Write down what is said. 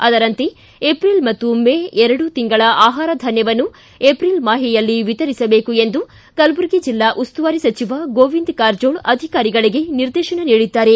ಅದರಂತೆ ಏಪ್ರಿಲ್ ಮತ್ತು ಮೇ ಎರಡು ತಿಂಗಳ ಆಹಾರ ಧಾನ್ಯವನ್ನು ಏಪ್ರಿಲ್ ಮಾಹೆಯಲ್ಲಿ ವಿತರಿಸಬೇಕು ಎಂದು ಕಲಬುರಗಿ ಜಿಲ್ಲಾ ಉಸ್ತುವಾರಿ ಸಚಿವ ಗೋವಿಂದ ಕಾರಜೋಳ ಅಧಿಕಾರಿಗಳಿಗೆ ನಿರ್ದೇಶನ ನೀಡಿದ್ದಾರೆ